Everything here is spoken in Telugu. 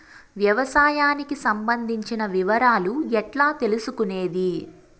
వ్యవసాయానికి సంబంధించిన వివరాలు ఎట్లా తెలుసుకొనేది?